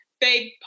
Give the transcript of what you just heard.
big